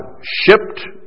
shipped